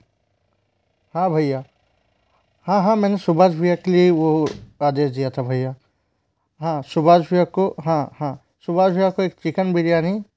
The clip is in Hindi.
हाँ भय्या हाँ हाँ मैंने सुभाष भय्या के लिए ही वो आदेश दिया था भय्या हाँ सुभाष भय्या को हाँ हाँ सुभाष भय्या को एक चिकन बिरयानी